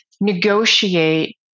negotiate